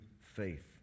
faith